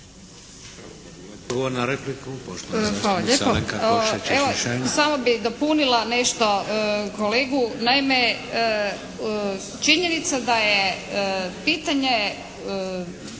Hvala lijepo. Evo samo bih dopunila nešto kolegu. Naime činjenica da je pitanje